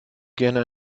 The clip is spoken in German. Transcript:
gerne